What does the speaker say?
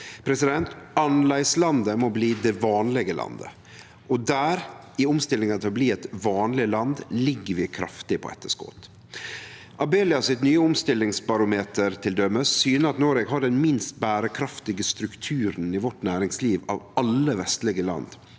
næringar. Annleislandet må bli det vanlege landet, og der, i omstillinga til å bli eit «vanleg land», ligg vi kraftig på etterskot. Abelias nye omstillingsbarometer, til dømes, syner at Noreg har den minst berekraftige strukturen i vårt næringsliv av alle vestlege land,